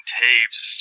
tapes